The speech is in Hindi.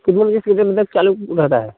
कितने बजे से कितने तक चालू रहता है